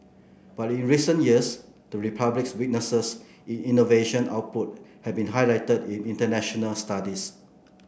but in recent years the Republic's weaknesses in innovation output have been highlighted in international studies